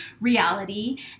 reality